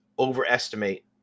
overestimate